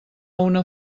una